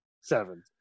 Seven